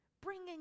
bringing